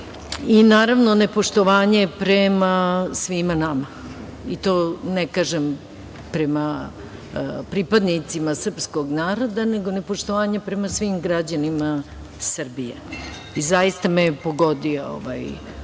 i, naravno, nepoštovanje prema svima nama. Ne kažem prema pripadnicima srpskog naroda, nego nepoštovanje prema svim građanima Srbije. Zaista me je pogodio ovaj